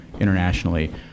internationally